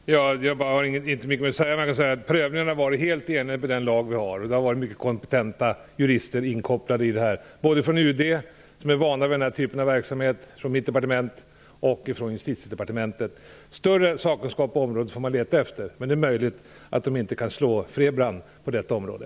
Fru talman! Jag har inte mycket mera att säga, men jag kan säga att prövningen har varit helt i enlighet med den lag vi har. Det har varit mycket kompetenta jurister inkopplade i det här, från UD, där man är van vid den här typen av verksamhet, från mitt departement och från Justitiedepartementet. Större sakkunskap på området får man leta efter, men det är möjligt att de inte kan slå Rose-Marie Frebran på detta område.